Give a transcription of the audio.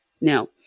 Now